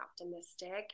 optimistic